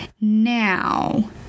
Now